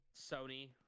Sony